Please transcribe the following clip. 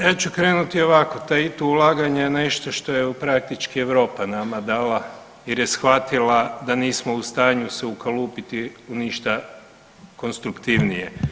Ja ću krenuti ovako, … [[Govornik se ne razumije]] ulaganje je nešto što je praktički Europa nama dala jer je shvatila da nismo u stanju se ukalupiti u ništa konstruktivnije.